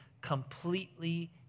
completely